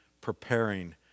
preparing